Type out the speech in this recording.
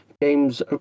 games